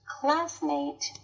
classmate